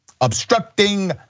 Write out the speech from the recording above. obstructing